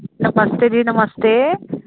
नमस्ते जी नमस्ते